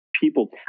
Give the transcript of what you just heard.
people